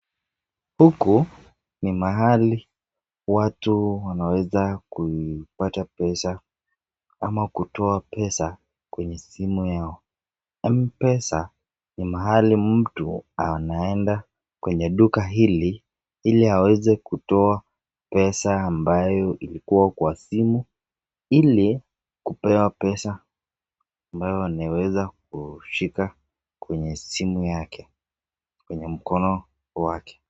Huku ni mahali watu wanaweza kupata pesa ama kutoa pesa kwenye simu yao. M-Pesa ni mahali mtu anaenda kwenye duka hili ili aweze kutoa pesa ambayo ilikuwa kwa simu ili kupewa pesa ambayo anaweza kushika kwenye simu yake, kwenye mkono wake.